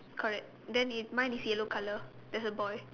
correct then is mine is yellow colour there's a boy